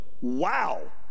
Wow